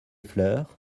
fleurs